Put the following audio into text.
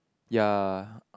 ya